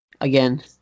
again